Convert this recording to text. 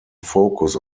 focus